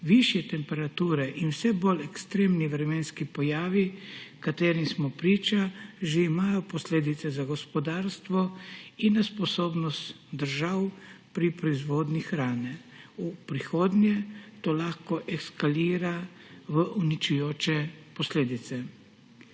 Višje temperature in vse bolj ekstremni vremenski pojavi, ki smo jim priča, že imajo posledice za gospodarstvo in sposobnost držav pri proizvodnji hrane. V prihodnje to lahko eskalira v uničujoče posledice.